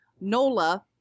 Nola